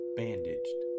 bandaged